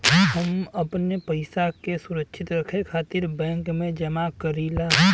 हम अपने पइसा के सुरक्षित रखे खातिर बैंक में जमा करीला